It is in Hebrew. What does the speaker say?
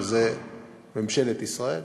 שזה ממשלת ישראל,